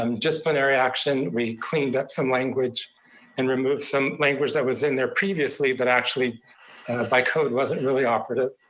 um disciplinary action, we cleaned up some language and removed some language that was in there previously that actually by code wasn't really operative.